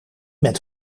met